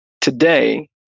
Today